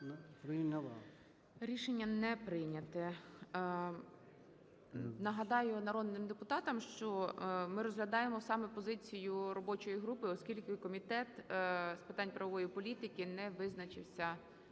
Рішення не прийнято. Нагадаю народним депутатам, що ми розглядаємо саме позицію робочої групи, оскільки комітет з питань правової політики не визначився стосовно